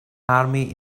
army